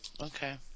okay